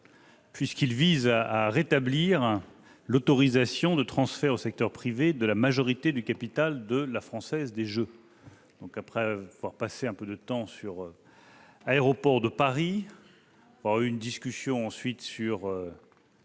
puisqu'il vise à rétablir l'autorisation de transfert au secteur privé de la majorité du capital de la Française des jeux. Après avoir passé un peu de temps sur Aéroports de Paris et sur l'encadrement d'une